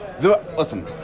Listen